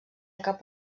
cap